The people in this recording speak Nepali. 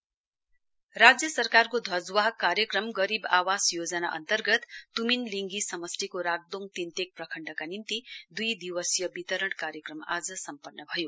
गरीब आवास योजना राज्य सरकारको ध्वजवाहक कार्यक्रम गरीब आवास योजना अन्तर्गत त्मिन लिङ्गी समष्टिको राक्दोङ तिन्तेक प्रखण्डका निम्ति दुई दिवसीय वितरण कार्यक्रम आज सम्पन्न भयो